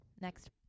Next